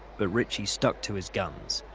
but ritchie stuck to his guns.